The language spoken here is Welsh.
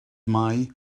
mae